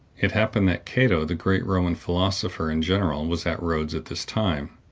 it happened that cato, the great roman philosopher and general, was at rhodes at this time.